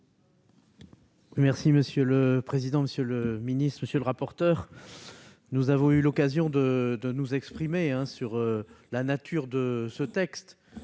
vote. Monsieur le président, monsieur le ministre, monsieur le rapporteur, nous avons eu l'occasion de nous exprimer sur la nature de ce texte.